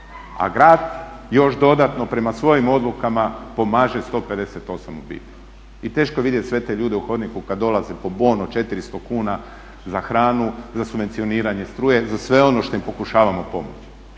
a grad još dodatno prema svojim odlukama pomaže 158 obitelji. I teško je vidjeti sve te ljude u hodniku kada dolaze po bon od 400 kuna za hranu, za subvencioniranje struje, za sve ono što im pokušavamo pomoći.